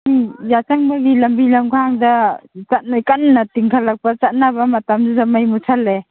ꯁꯤ ꯌꯥꯆꯪꯕꯒꯤ ꯂꯝꯕꯤ ꯂꯝꯈꯥꯡꯗ ꯀꯟꯅ ꯇꯤꯟꯈꯠꯂꯛꯄ ꯆꯠꯅꯕ ꯃꯇꯝꯁꯤꯗ ꯃꯩ ꯃꯨꯠꯁꯤꯜꯂꯦ